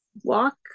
walk